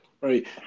Right